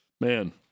Man